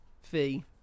fee